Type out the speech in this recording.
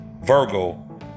Virgo